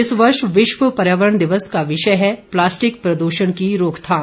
इस वर्ष विश्व पर्यावरण दिवस का विषय है प्लास्टिक प्रदृषण की रोकथाम